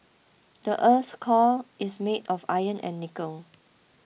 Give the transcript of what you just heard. the earth's core is made of iron and nickel